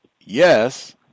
Yes